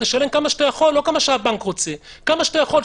תשלם כמה שאתה יכול ולא כמה שהבנק רוצה אלא כמה שאתה יכול,